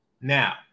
Now